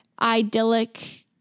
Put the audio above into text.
idyllic